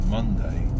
Monday